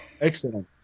excellent